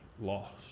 lost